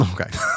Okay